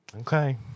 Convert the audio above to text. Okay